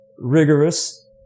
rigorous